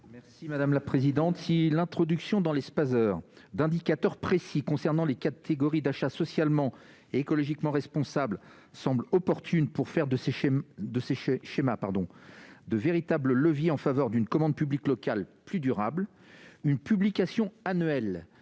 l'avis de la commission ? Si l'introduction d'indicateurs précis concernant les catégories d'achats socialement et écologiquement responsables dans les Spaser semble opportune pour faire de ces derniers de véritables leviers en faveur d'une commande publique locale plus durable, une publication annuelle